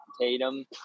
Tatum